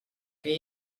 que